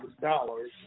dollars